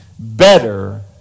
better